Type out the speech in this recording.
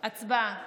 הצבעה.